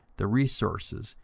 the resources,